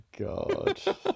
God